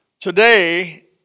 Today